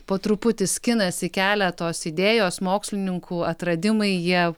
po truputį skinasi kelią tos idėjos mokslininkų atradimai jie